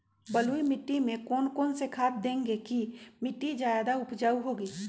बलुई मिट्टी में कौन कौन से खाद देगें की मिट्टी ज्यादा उपजाऊ होगी?